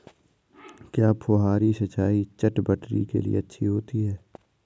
क्या फुहारी सिंचाई चटवटरी के लिए अच्छी होती है?